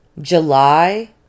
July